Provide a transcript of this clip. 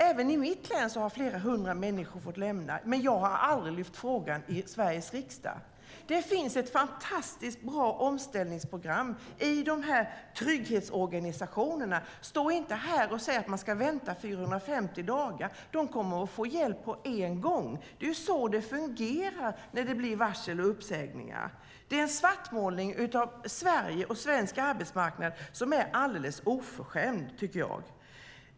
Även i mitt län har flera hundra människor fått lämna sina jobb, men jag har aldrig tagit upp frågan i Sveriges riksdag. Det finns ett fantastiskt bra omställningsprogram i trygghetsorganisationerna. Stå inte här och säg att man ska vänta 450 dagar! De kommer att få hjälp på en gång - det är så det fungerar när det blir varsel och uppsägningar. Det är en svartmålning av Sverige och svensk arbetsmarknad som är alldeles oförskämd, tycker jag.